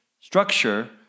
structure